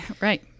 right